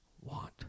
want